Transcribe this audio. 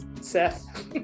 seth